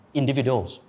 individuals